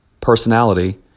personality